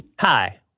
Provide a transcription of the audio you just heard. Hi